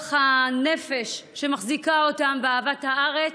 הרוח והנפש שמחזיקות אותם באהבת הארץ,